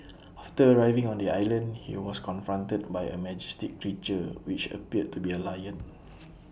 after arriving on the island he was confronted by A majestic creature which appeared to be A lion